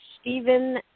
Stephen